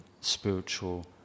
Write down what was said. spiritual